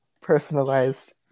personalized